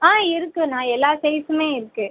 ஆ இருக்குதுண்ணா எல்லா சைஸ்ஸுமே இருக்குது